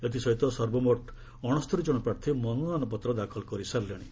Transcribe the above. ଏଥିସହିତ ସର୍ବମୋଟ ଅଣସ୍ତରି ଜଣ ପ୍ରାର୍ଥୀ ମନୋନୟନ ପତ୍ର ଦାଖଲ କରିସାରିଲେଣି